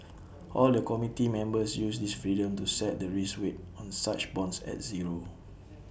all the committee members use this freedom to set the risk weight on such bonds at zero